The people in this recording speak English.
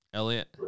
Elliot